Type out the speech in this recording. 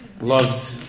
loved